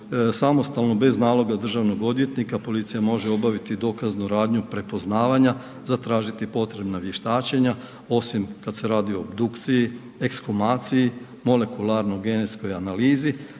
samostalno bez naloga državnog odvjetnika policija može obaviti dokaznu radnju prepoznavanja, zatražiti potrebna vještačenja osim kada se radi o obdukciji, ekshumaciji, molekularno genetskoj analizi,